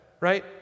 right